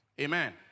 Amen